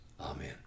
Amen